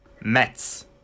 Mets